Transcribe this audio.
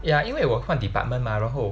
ya 因为我换 department mah 然后